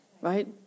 Right